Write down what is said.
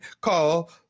Call